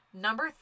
Number